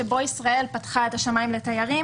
שבו ישראל פתחה את השמיים לתיירים